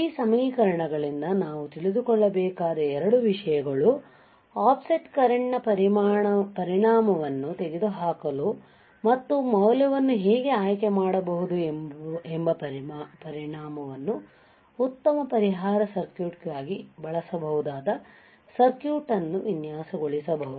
ಈ ಸಮೀಕರಣಗಳಿಂದ ನಾವು ತಿಳಿದುಕೊಳ್ಳಬೇಕಾದ 2 ವಿಷಯಗಳು ಆಫ್ಸೆಟ್ ಕರೆಂಟ್ನ ಪರಿಣಾಮವನ್ನು ತೆಗೆದುಹಾಕಲು ಮತ್ತು ಮೌಲ್ಯವನ್ನು ಹೇಗೆ ಆಯ್ಕೆ ಮಾಡಬಹುದು ಎಂಬ ಪರಿಣಾಮವನ್ನು ಉತ್ತಮ ಪರಿಹಾರ ಸರ್ಕ್ಯೂಟ್ ಆಗಿ ಬಳಸಬಹುದಾದ ಸರ್ಕ್ಯೂಟ್ ಅನ್ನು ವಿನ್ಯಾಸಗೊಳಿಸಬಹುದು